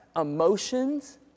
emotions